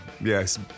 yes